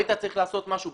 היית צריך לעשות משהו,